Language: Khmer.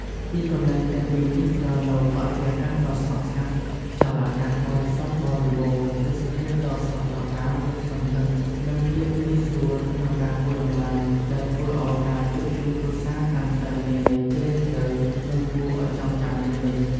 ទីកន្លែងទាំងពីរនេះផ្តល់នូវបរិយាកាសដ៏ស្ងប់ស្ងាត់ ខ្យល់អាកាសបរិសុទ្ធបរិបូរណ៍ ទេសភាពដ៏ស្រស់ត្រកាលលាតសន្ធឹង និងភាពងាយស្រួលក្នុងការធ្វើដំណើរ ដែលធ្វើឲ្យការជួបជុំគ្រួសារកាន់តែមានន័យជ្រាលជ្រៅ និងគួរឲ្យចងចាំជានិច្ច។